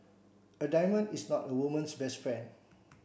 a diamond is not a woman's best friend